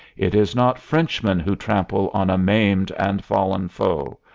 it is not frenchmen who trample on a maimed and fallen foe.